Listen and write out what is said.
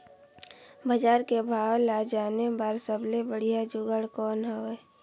बजार के भाव ला जाने बार सबले बढ़िया जुगाड़ कौन हवय?